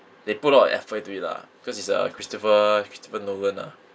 they put a lot effort into it lah cause it's a christopher christopher nolan lah